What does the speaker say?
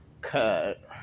cut